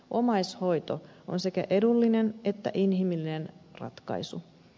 omaishoito on sekä edullinen että inhimillinen ratkaisu